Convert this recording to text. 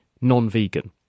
non-vegan